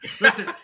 listen